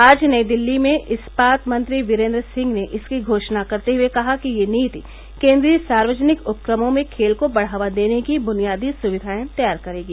आज नई दिल्ली में इस्पात मंत्री वीरेन्द्र सिंह ने इसकी घोषणा करते हुए कहा कि यह नीति केन्द्रीय सार्वजनिक उपक्रमों में खेल को बढ़ावा देने की बुनियादी सुविधाएं तैयार करेगी